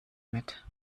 mit